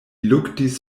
luktis